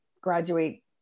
graduate